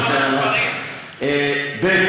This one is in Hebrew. ב.